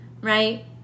right